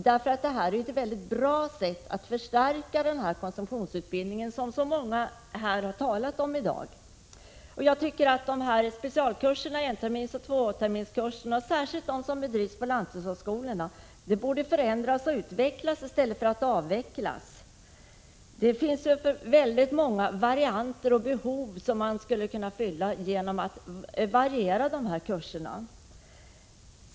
Det är nämligen ett mycket bra sätt att förstärka konsumtionsutbildningen, som så många har talat om här i dag. Särskilt de enterminsoch tvåterminskurser som bedrevs på lanthushållsskolorna borde förändras och utvecklas i stället för att avvecklas. Det finns väldigt många behov som man skulle kunna fylla genom att variera dessa kurser.